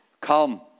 Come